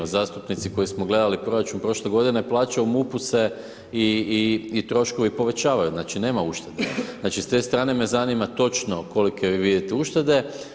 Zastupnici koji smo gledali proračun prošle godine, plaća u MUP-u se i troškovi se povećavaju, znači, nema uštede, znači, s te strane me zanima točno kolike vi vidite uštede.